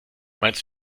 meinst